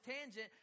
tangent